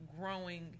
growing